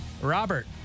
Robert